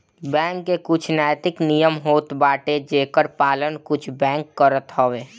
bank के कुछ नैतिक नियम होत बाटे जेकर पालन कुछ बैंक करत हवअ